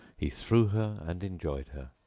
he threw her and enjoyed her.